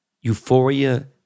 Euphoria